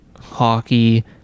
hockey